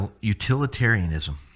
utilitarianism